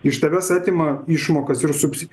iš tavęs atima išmokas ir subsi